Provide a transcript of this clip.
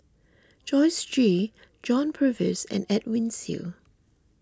Joyce Jue John Purvis and Edwin Siew